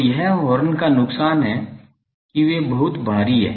तो यह हॉर्न का नुकसान है कि वे बहुत भारी हैं